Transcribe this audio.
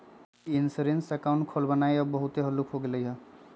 ई insurance account खोलबनाइ अब बहुते हल्लुक हो गेलइ ह